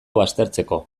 baztertzeko